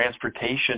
transportation